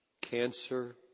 Cancer